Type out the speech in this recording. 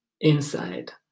inside